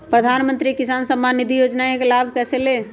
प्रधानमंत्री किसान समान निधि योजना का लाभ कैसे ले?